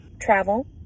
travel